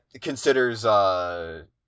considers